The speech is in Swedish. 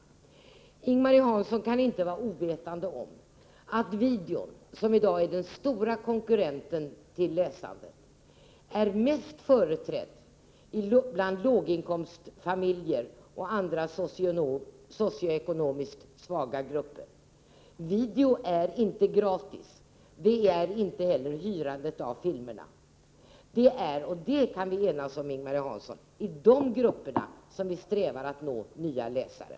Ing-Marie Hansson kan inte vara ovetande om att videon, som i dag är den stora konkurrenten till läsandet, är företrädd främst bland låginkomstfamiljer och andra socioekonomiskt svaga grupper. Videon är inte gratis, och det är inte heller hyrandet av filmerna. Det är i dessa grupper — den målsättningen kan vi enas om — som vi strävar efter att nå nya läsare.